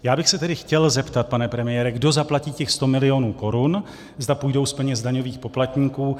Chtěl bych se tedy zeptat, pane premiére, kdo zaplatí těch 100 milionů korun, zda půjdou z peněz daňových poplatníků.